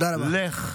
לך.